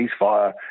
ceasefire